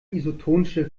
isotonische